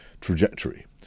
trajectory